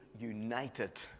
united